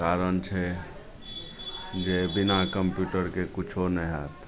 कारण छै जे बिना कम्प्यूटरके किछु नहि हैत